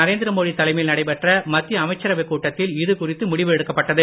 நரேந்திர மோடி தலைமையில் நடைபெற்ற மத்திய அமைச்சரவை கூட்டத்தில் இது குறித்து முடிவு எடுக்கப்பட்டது